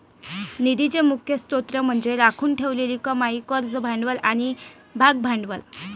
निधीचे मुख्य स्त्रोत म्हणजे राखून ठेवलेली कमाई, कर्ज भांडवल आणि भागभांडवल